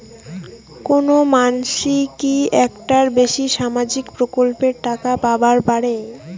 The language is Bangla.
কোনো মানসি কি একটার বেশি সামাজিক প্রকল্পের টাকা পাবার পারে?